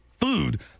food